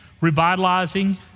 revitalizing